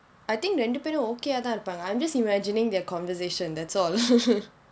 I think இரண்டு பேரும்:irandu paerum okay ah தான் இருப்பாங்க:thaan iruppaanga I am just imagining their conversation that's all